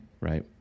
right